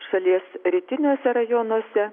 šalies rytiniuose rajonuose